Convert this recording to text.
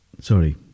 sorry